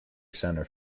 center